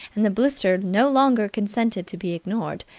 and the blister no longer consented to be ignored.